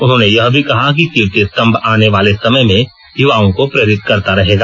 उन्होंने यह भी कहा कि कीर्ति स्तंभ आने वाले समय में युवाओं को प्रेरित करता रहेगा